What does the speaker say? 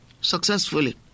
successfully